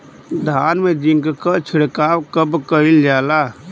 धान में जिंक क छिड़काव कब कइल जाला?